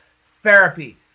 Therapy